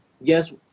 yes